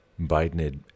biden